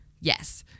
Yes